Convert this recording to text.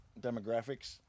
Demographics